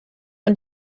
und